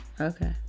Okay